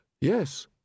yes